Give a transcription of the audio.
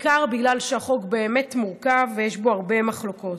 בעיקר בגלל שהחוק באמת מורכב ויש בו הרבה מחלוקות.